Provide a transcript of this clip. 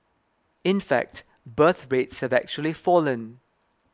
in fact birth rates have actually fallen